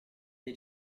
dei